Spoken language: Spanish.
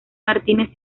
martínez